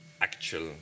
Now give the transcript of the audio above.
actual